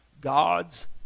God's